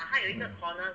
mm